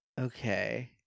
Okay